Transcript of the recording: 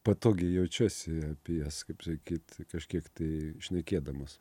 patogiai jaučiuosi apie jas kaip sakyt kažkiek tai šnekėdamas